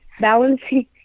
balancing